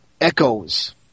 echoes